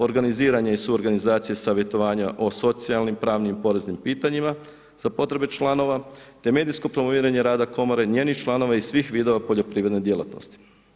Organiziranje i suorganizacija savjetovanja o socijalnim, pravnim i poreznim pitanjima za potrebe članova te medijskog promoviranje rada komore, njenih članova i svih vidova poljoprivredne djelatnosti.